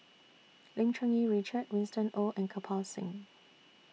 Lim Cherng Yih Richard Winston Oh and Kirpal Singh